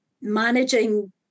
managing